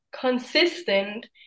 consistent